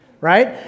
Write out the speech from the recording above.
right